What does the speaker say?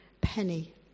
penny